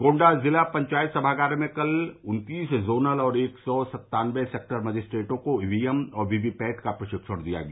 गोण्डा जिला पंचायत सभागार में कल उन्तीस जोनल और एक सौ सत्तान्नबे सेक्टर मजिस्ट्रेटों को ईवीएम और वीवीपैट का प्रशिक्षण दिया गया